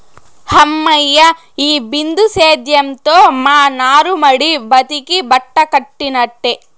హమ్మయ్య, ఈ బిందు సేద్యంతో మా నారుమడి బతికి బట్టకట్టినట్టే